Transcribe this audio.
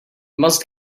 must